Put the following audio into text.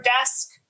desk